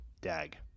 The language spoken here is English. Dag